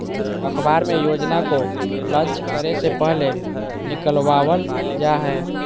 अखबार मे योजना को लान्च करे से पहले निकलवावल जा हय